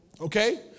okay